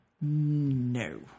no